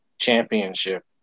championship